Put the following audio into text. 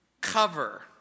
cover